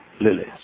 lilies